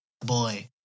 boy